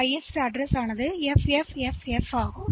எனவே எல்லாம் இருந்தால் அது FFFF ஹெக்ஸ் ஆக இருக்கும்